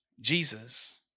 Jesus